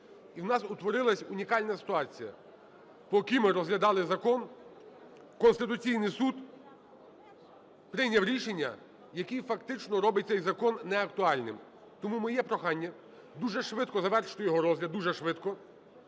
І у нас утворилась унікальна ситуація. Поки ми розглядали закон, Конституційний Суд прийняв рішення, яке фактично робить цей закон неактуальним. Тому моє прохання – дуже швидко завершити його розгляд, дуже швидко,